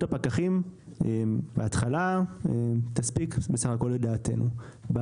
הפקחים בהתחלה תספיק בסך הכול לדעתנו.